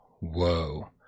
whoa